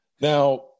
now